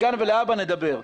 מכאן ולהבא נדבר.